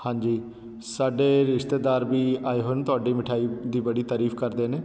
ਹਾਂਜੀ ਸਾਡੇ ਰਿਸ਼ਤੇਦਾਰ ਵੀ ਆਏ ਹੋਏ ਨੇ ਤੁਹਾਡੀ ਮਠਿਆਈ ਦੀ ਬੜੀ ਤਾਰੀਫ਼ ਕਰਦੇ ਨੇ